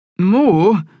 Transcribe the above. More